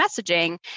messaging